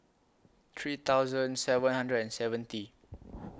three thousand seven hundred and seventy